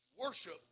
Worship